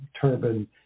turban